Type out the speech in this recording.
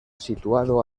situado